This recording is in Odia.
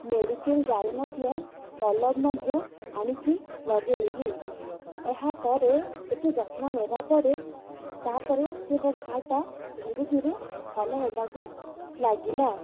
ମେଡ଼ିକାଲ୍ ଯାଇ ମଧ୍ୟ ମଲମ ମଧ୍ୟ ଆଣିକି ଲଗେଇେଇଲି ଏହାପରେ ଏତେ ଯତ୍ନ ନେବା ପରେ ତା'ପରେ ସେ ମୋ ଘାଟା ଧୀରେ ଧୀରେ ଭଲ ହେବାକୁ ଲାଗିଲା